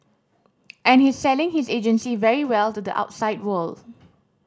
and he's selling his agency very well to the outside world